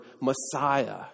Messiah